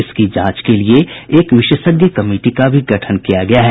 इसकी जांच के लिये एक विशेषज्ञ कमिटी का भी गठन किया गया है